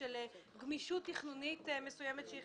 הקובעת: "בתחומי הקרקע המיועדת בתוכנית למגורים,